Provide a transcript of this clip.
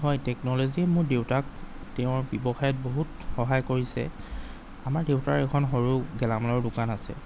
হয় টেকন'লজিয়ে মোৰ দেউতাক তেওঁৰ ব্যৱসায়ত মোক বহুত সহায় কৰিছে আমাৰ দেউতাৰ এখন সৰু গেলামালৰ দোকান আছে